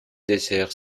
dessert